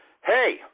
hey